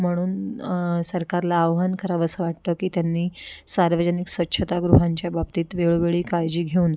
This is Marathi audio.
म्हणून सरकारला आव्हान करावं असं वाटतं की त्यांनी सार्वजनिक स्वच्छतागृहांच्या बाबतीत वेळोवेळी काळजी घेऊन